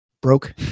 broke